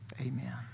Amen